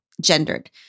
gendered